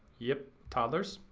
yep, toddlers.